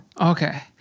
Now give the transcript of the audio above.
Okay